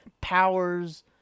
powers